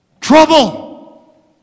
trouble